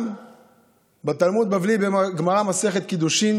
גם בתלמוד בבלי, בגמרא, מסכת קידושין